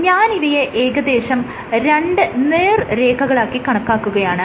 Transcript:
ഞാൻ ഇവയെ ഏകദേശം രണ്ട് നേർരേഖകളാക്കി കണക്കാക്കുകയാണ്